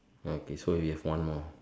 okay so we have one more